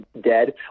dead